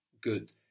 Good